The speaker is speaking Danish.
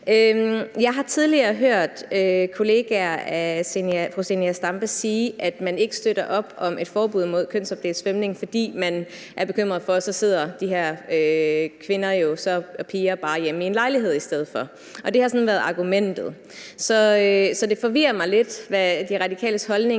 Jeg har tidligere hørt kollegaer af fru Zenia Stampe sige, at man ikke støtter op om et forbud mod kønsopdelt svømning, fordi man er bekymret for, om de her kvinder og piger så bare sidder derhjemme i en lejlighed i stedet for. Det har sådan været argumentet. Så jeg er lidt forvirret, i forhold til hvad De Radikales holdning